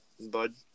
bud